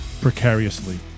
precariously